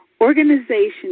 Organization